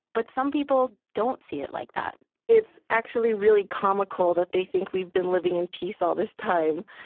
but some people don't see it like that it's actually really comical that they think we've been living in peace all this time.